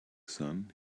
sun